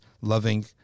loving